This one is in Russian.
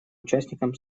участником